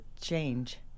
change